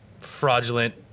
fraudulent